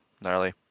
Gnarly